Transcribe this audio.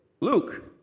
Luke